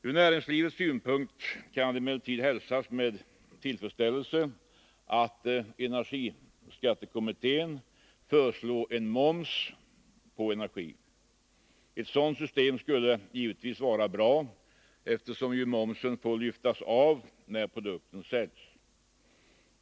Från näringslivets synpunkt kan det emellertid hälsas med tillfredsställelse att energiskattekommittén föreslår en moms på energi. Ett sådant system skulle givetvis vara bra, eftersom momsen får lyftas av när produkten säljs.